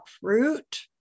fruit